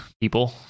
people